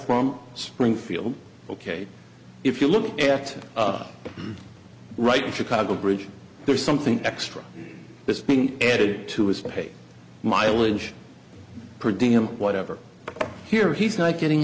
from springfield ok if you look at the right chicago bridge there's something extra this being added to his paid mileage per diem whatever here he's not getting